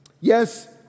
Yes